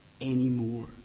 anymore